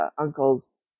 uncle's